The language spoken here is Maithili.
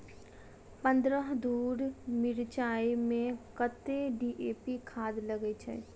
पन्द्रह धूर मिर्चाई मे कत्ते डी.ए.पी खाद लगय छै?